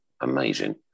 Amazing